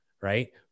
right